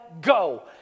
go